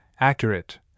accurate